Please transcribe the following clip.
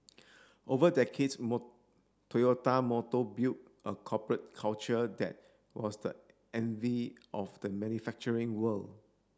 over decades Toyota Motor built a corporate culture that was the envy of the manufacturing world